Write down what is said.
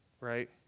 right